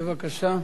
בבקשה.